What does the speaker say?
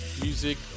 Music